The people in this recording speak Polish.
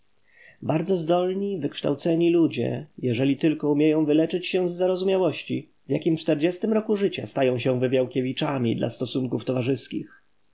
bardzo zdolni wykształceni ludzie jeżeli tylko umieją wyleczyć się z zarozumiałości w jakim czterdziestym roku życia stają się wywiałkiewiczami dla stosunków towarzyskich